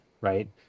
right